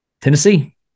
Tennessee